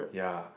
ya